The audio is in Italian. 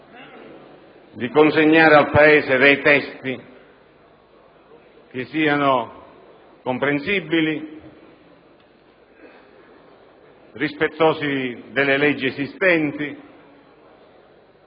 di consegnare al Paese dei testi comprensibili, rispettosi delle leggi esistenti